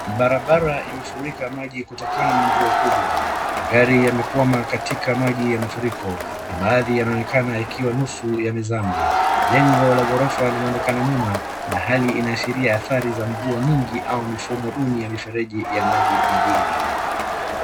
Barabara imefurika maji kutokana na mvua kubwa. Magari yamekwama katika maji ya mafuriko na baadhi yanaonekana ikiwa nusu yamezama. Jengo la gorofa linaonekana nyuma na hali inaashiria adhari za mvua nyingi au mifumo nduni ya mifereji ya maji mijini.